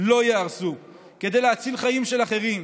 לא ייהרסו, כדי להציל חיים של אחרים.